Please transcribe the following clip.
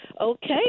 Okay